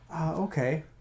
Okay